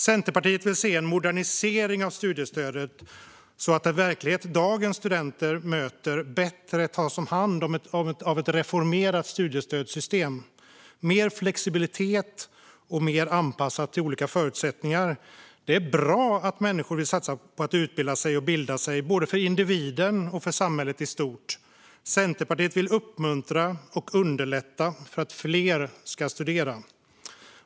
Centerpartiet vill se en modernisering av studiestödet, så att den verklighet dagens studenter möter bättre tas om hand av ett reformerat studiestödssystem med mer flexibilitet och mer anpassning till olika förutsättningar. Det är bra att människor vill satsa på att utbilda sig och bilda sig, både för individen och för samhället i stort. Centerpartiet vill uppmuntra och underlätta för fler att studera.